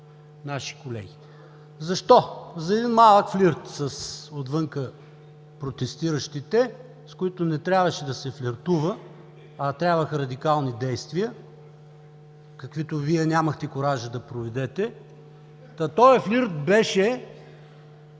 Защо? За един малък флирт с отвън протестиращите, с които не трябваше да се флиртува, а трябваха радикални действия, каквито Вие нямахте куража да проведете. Та този флирт беше: